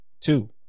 Two